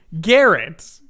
Garrett